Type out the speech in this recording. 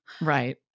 Right